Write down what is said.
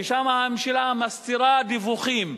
ושם הממשלה מסתירה דיווחים,